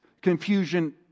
confusion